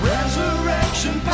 Resurrection